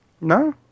No